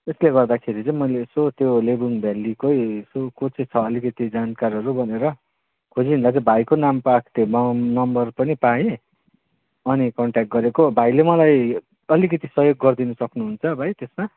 यसले गर्दाखेरि चाहिँ मैले यसो त्यो लेबुङ भेलीकै यसो को चाहिँ छ यसो अलिकति जानकारहरू भनेर खोजिहिँड्दा चाहिँ भाइको नाम पाएको थिएँ नम् नम्बर पनि पाएँ अनि कन्ट्याक्ट गरेको भाइले मलाई अलिकति सहयोग गरिदिन सक्नुहुन्छ भाइ त्यसमा